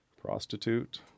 prostitute